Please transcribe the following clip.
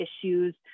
issues